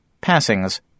Passings